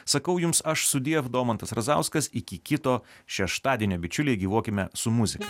sakau jums aš sudiev domantas razauskas iki kito šeštadienio bičiuliai gyvuokime su muzika